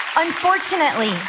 Unfortunately